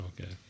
Okay